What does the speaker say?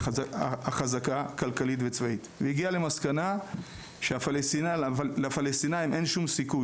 החזקה כלכלית וצבאית והגיע למסקנה שלפלסטינאים אין שום סיכוי,